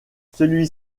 celui